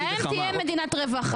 להם תהיה מדינת רווחה.